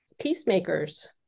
peacemakers